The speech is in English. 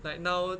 like now